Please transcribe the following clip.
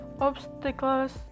obstacles